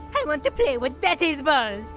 i want to play with daddy's balls!